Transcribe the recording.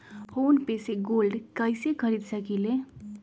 Phone पे से gold कईसे खरीद सकीले?